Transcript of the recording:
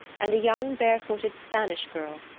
and a young barefooted spanish girl,